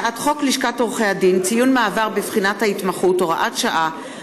הצעת חוק לשכת עורכי הדין (ציון מעבר בבחינת ההתמחות) (הוראת שעה),